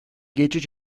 geçiş